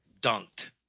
dunked